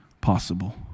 possible